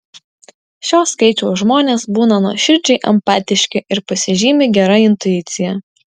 šio skaičiaus žmonės būna nuoširdžiai empatiški ir pasižymi gera intuicija